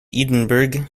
edinburgh